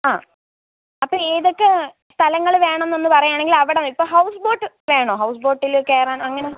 ആ അപ്പോൾ ഏതൊക്കെ സ്ഥലങ്ങൾ വേണം എന്ന് ഒന്ന് പറയുകയാണെങ്കിൽ അവിടെ ഇപ്പോൾ ഹൗസ്ബോട്ട് വേണോ ഹൗസ്ബോട്ടിൽ കയറാന് അങ്ങനെ